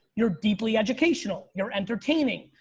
you're deeply educational. you're entertaining.